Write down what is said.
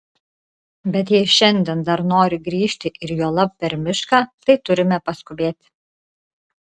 bet jei šiandien dar nori grįžti ir juolab per mišką tai turime paskubėti